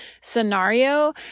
scenario